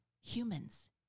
humans